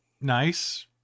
Nice